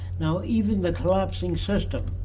now even the collapsing system.